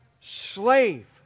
slave